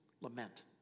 lament